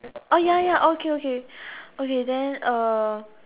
oh ya ya okay okay okay then uh